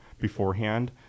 beforehand